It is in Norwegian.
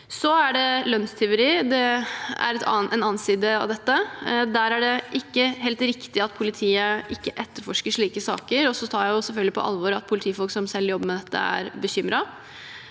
Så er det lønnstyveri – det er en annen side av dette. Det er ikke helt riktig at politiet ikke etterforsker slike saker. Jeg tar selvfølgelig på alvor at politifolk som selv jobber med dette, er bekymret.